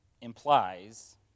implies